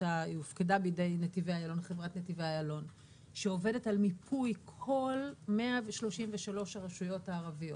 הופקדה בידי חברת נתיבי איילון שעובדת על מיפוי כל 133 הרשויות הערביות.